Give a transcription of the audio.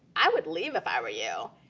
i would leave if i were you,